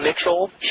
Mitchell